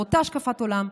באותה השקפת עולם,